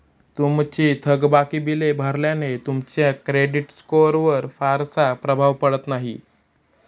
तुमची थकबाकी बिले भरल्याने तुमच्या क्रेडिट स्कोअरवर फारसा प्रभाव पडत नाही